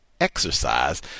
exercise